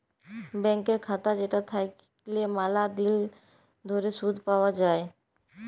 ব্যাংকের খাতা যেটা থাকল্যে ম্যালা দিল ধরে শুধ পাওয়া যায়